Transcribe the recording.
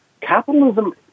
Capitalism